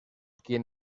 quien